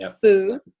food